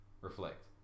reflect